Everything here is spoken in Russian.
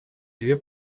две